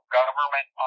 government